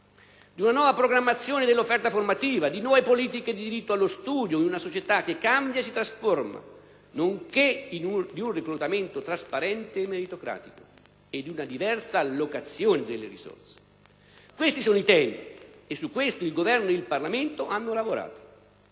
di una nuova programmazione dell'offerta formativa, di nuove politiche di diritto allo studio in una società che cambia e si trasforma, nonché di un reclutamento trasparente e meritocratico e di una diversa allocazione delle risorse. Questi sono i temi. E su questo il Governo e il Parlamento hanno lavorato.